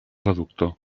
reductor